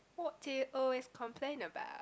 what do you always complain about